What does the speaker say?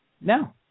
No